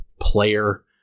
player